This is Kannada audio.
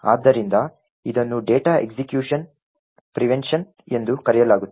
ಆದ್ದರಿಂದ ಇದನ್ನು ಡೇಟಾ ಎಕ್ಸಿಕ್ಯುಷನ್ ಪ್ರಿವೆನ್ಷನ್ ಎಂದು ಕರೆಯಲಾಗುತ್ತದೆ